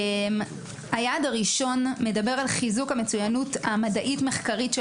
היעד הראשון מדבר על חיזוק המצוינות המדעית-מחקרית של